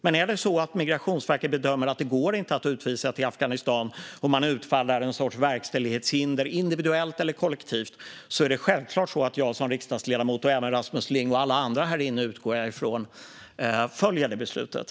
Men är det så att Migrationsverket bedömer att det inte går att utvisa till Afghanistan och utfärdar en sorts individuellt eller kollektivt verkställighetshinder är det självklart så att jag som riksdagsledamot - och även Rasmus Ling och alla andra här inne, utgår jag från - följer det beslutet.